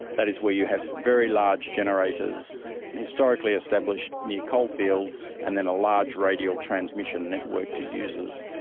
that is, where you have very large generators historically established near coalfields, and then a large radial transmission network to users.